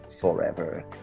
forever